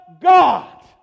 God